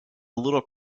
little